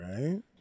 Right